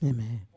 Amen